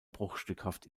bruchstückhaft